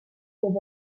québec